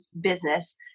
business